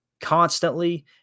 constantly